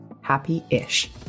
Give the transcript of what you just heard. happy-ish